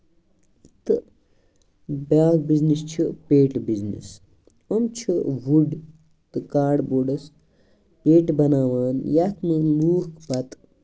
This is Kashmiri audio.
تہٕ بیاکھ بِزنٮ۪س چھُ پیٹہِ بِزنٮ۪س یِم چھِ وُڈ تہٕ کاڈبوڈَس پیٹہِ بَناوان یَتھ منٛز لُکھ پَتہٕ